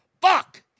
Fuck